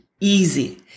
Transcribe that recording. easy